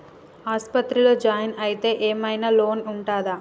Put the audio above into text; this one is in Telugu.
ఆస్పత్రి లో జాయిన్ అయితే ఏం ఐనా లోన్ ఉంటదా?